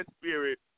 spirit